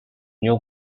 new